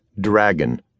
Dragon